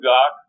God